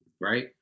right